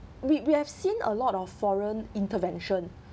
we we have seen a lot of foreign intervention